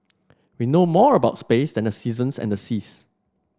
we know more about space than the seasons and seas